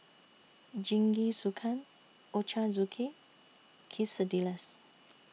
Jingisukan Ochazuke Quesadillas